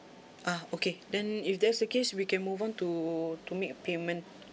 ah okay then if that's the case we can move on to to make a payment